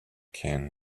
can